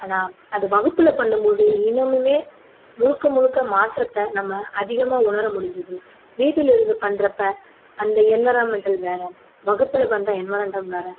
ஆனால் அது வகுப்பில் பண்ணும்போது இன்னமும் முழுக்க முழுக்க மாற்றத்தை நம்ம அதிகமாக உணர முடிஞ்சுது வீட்டிலிருந்து பண்ணுறப்ப அந்த என்விராமெண்டல் வேறு வகுப்பில் பண்ணுற என்விராமெண்டல் வேறு